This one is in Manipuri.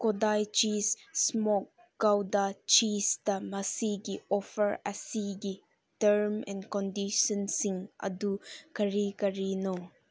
ꯀꯣꯗꯥꯏ ꯆꯤꯁ ꯏꯁꯃꯣꯛ ꯀꯧꯗꯥ ꯆꯤꯁꯇ ꯃꯁꯤꯒꯤ ꯑꯣꯐꯔ ꯑꯁꯤꯒꯤ ꯇꯥꯔꯝ ꯑꯦꯟ ꯀꯣꯟꯗꯤꯁꯟꯁꯤꯡ ꯑꯗꯨ ꯀꯔꯤ ꯀꯔꯤꯅꯣ